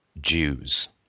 Jews